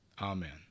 Amen